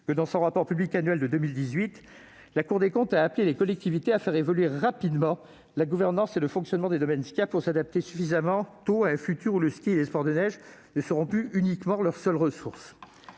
que, dans son rapport public annuel de 2018, la Cour des comptes a appelé les collectivités à faire évoluer rapidement la gouvernance et le fonctionnement des domaines skiables, pour s'adapter suffisamment tôt à un avenir où le ski et les sports de neige ne seront plus leur seule ressource.